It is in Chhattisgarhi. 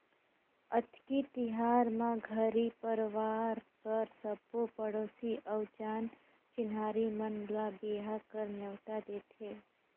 अक्ती तिहार म घरी परवार कर सबो पड़ोसी अउ जान चिन्हारी मन ल बिहा कर नेवता देथे